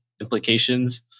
implications